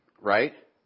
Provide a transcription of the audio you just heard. right